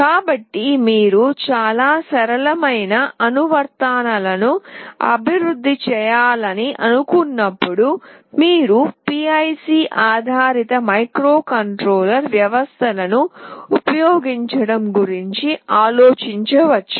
కాబట్టి మీరు చాలా సరళమైన అనువర్తనాలను అభివృద్ధి చేయాలని అనుకున్నప్పుడు మీరు PIC ఆధారిత మైక్రోకంట్రోలర్ వ్యవస్థలను ఉపయోగించడం గురించి ఆలోచించవచ్చు